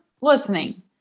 listening